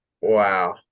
Wow